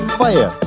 fire